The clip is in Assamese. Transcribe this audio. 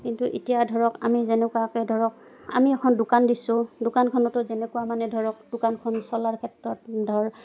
কিন্তু এতিয়া ধৰক আমি যেনেকুৱাকে ধৰক আমি এখন দোকান দিছোঁ দোকানখনতো যেনেকুৱা মানে ধৰক দোকানখন চলাৰ ক্ষেত্ৰত ধৰক